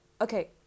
okay